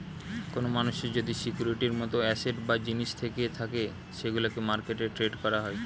কোন মানুষের যদি সিকিউরিটির মত অ্যাসেট বা জিনিস থেকে থাকে সেগুলোকে মার্কেটে ট্রেড করা হয়